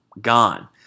gone